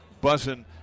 buzzing